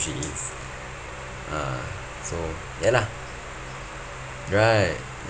she is ah so ya lah right